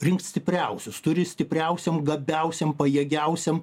rinkt stipriausius turi stipriausiem gabiausiem pajėgiausiem